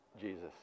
Jesus